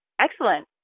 Excellent